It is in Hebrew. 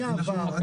מי עבר?